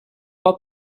pas